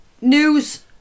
news